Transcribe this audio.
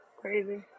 Crazy